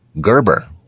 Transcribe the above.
Gerber